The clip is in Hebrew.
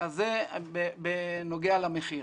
זה בנוגע למחיר.